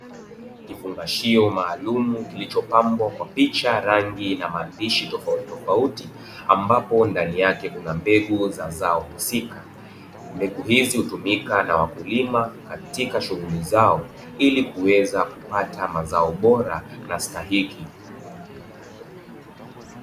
Kifungashio maalumu kilichopambwa kwa picha, rangi na maandishi tofauti tofauti ambapo ndani yake kuna mbegu za zao husika, mbegu hizi hutumika na wakulima katika shughuli zao ili kuweza kupata mazao bora na stahiki.